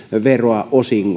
veroa